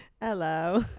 Hello